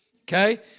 okay